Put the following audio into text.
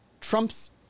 Trump's